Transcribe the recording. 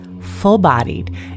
full-bodied